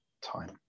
time